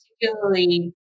particularly